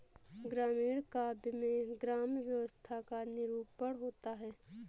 ग्रामीण काव्य में ग्राम्य व्यवस्था का निरूपण होता है